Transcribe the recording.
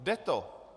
Jde to.